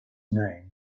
name